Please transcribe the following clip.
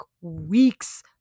weeks